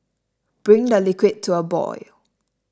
bring the liquid to a boil